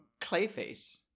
Clayface